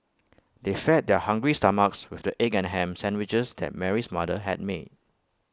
they fed their hungry stomachs with the egg and Ham Sandwiches that Mary's mother had made